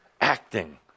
Acting